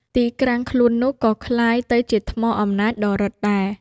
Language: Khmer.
ទីក្រាំងខ្លួននោះ ក៏ក្លាយទៅជាថ្មអំណាចដ៏ឫទ្ធិដែរ ។